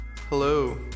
Hello